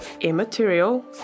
immaterial